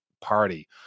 Party